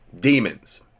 Demons